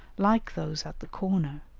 like those at the corner,